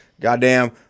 Goddamn